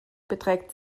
beträgt